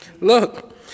look